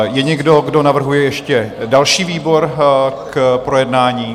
Je někdo, kdo navrhuje ještě další výbor k projednání?